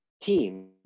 team